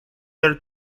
their